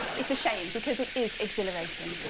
it's a shame because it is exhilarating